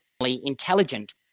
intelligent